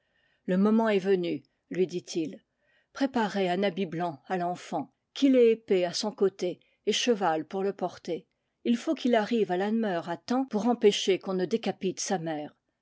le moment est venu lui dit-il préparez un habit blanc à l'enfant qu'il ait épée à son côté et cheval pour le porter ll faut qu'il arrive à lanmeur à temps pour empêcher qu'on ne décapite sa mère